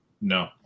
No